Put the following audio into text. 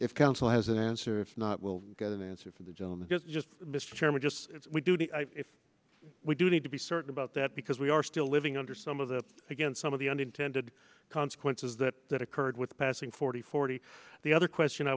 if counsel has an answer if not we'll get an answer from the gentleman that just mr chairman just as we do that if we do need to be certain about that because we are still living under some of the again some of the unintended consequences that that occurred with passing forty forty the other question i